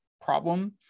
problem